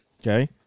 Okay